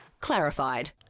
Clarified